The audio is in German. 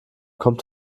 kommt